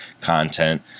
content